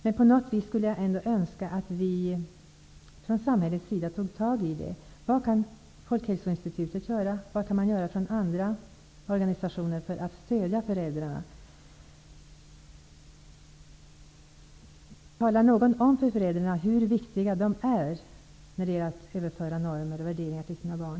Men på något sätt skulle jag önska att vi från samhällets sida tog tag i dessa frågor. Vad kan Folkhälsoinstitutet göra? Vad kan andra organisationer göra för att stödja föräldrarna? Talar någon om för föräldrarna hur viktiga de är i fråga om att överföra normer och värderingar till sina barn?